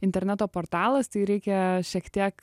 interneto portalas tai reikia šiek tiek